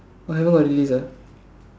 I don't know what it is ah